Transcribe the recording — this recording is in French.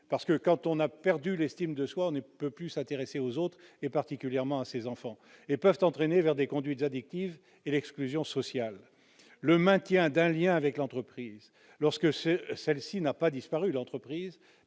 éducative- quand on a perdu l'estime de soi, on ne peut plus s'intéresser aux autres, en particulier à ses enfants -, et peuvent entraîner des conduites addictives et l'exclusion sociale. Le maintien d'un lien avec l'entreprise, lorsque celle-ci n'a pas disparu, permettrait